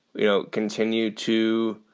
you know, continue to.